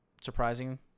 Surprising